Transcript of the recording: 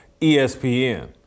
ESPN